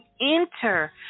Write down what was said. enter